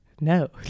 no